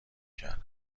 کردم